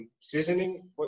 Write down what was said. seasoning